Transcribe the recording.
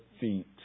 feet